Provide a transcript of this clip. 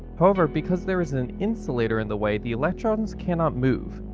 however because there is an insulator in the way, the electrons cannot move.